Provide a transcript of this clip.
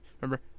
remember